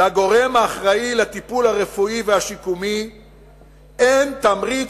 לגורם האחראי לטיפול הרפואי והשיקומי אין תמריץ